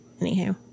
Anyhow